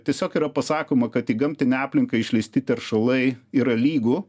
tiesiog yra pasakoma kad į gamtinę aplinką išleisti teršalai yra lygu